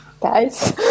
guys